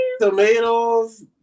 tomatoes